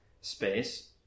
space